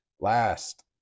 last